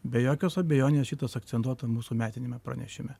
be jokios abejonės šitas akcentuota mūsų metiniame pranešime